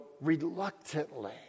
reluctantly